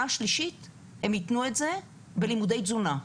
השלישית הם התנו את זה בלימודי תזונה.